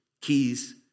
Keys